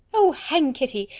oh! hang kitty!